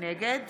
נגד